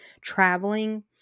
traveling